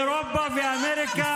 אירופה ואמריקה,